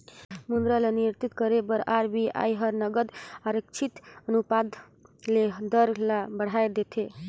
मुद्रा ल नियंत्रित करे बर आर.बी.आई हर नगद आरक्छित अनुपात ले दर ल बढ़ाए देथे